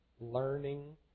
learning